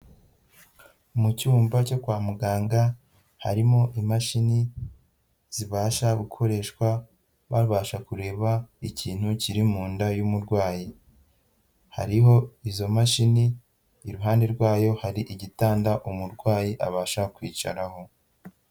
Mu cyumba cyo kwa muganga, harimo imashini zibasha gukoreshwa babasha kureba ikintu kiri mu nda y'umurwayi, hariho izo mashini, iruhande rwayo hari igitanda umurwayi abasha kwicaraho.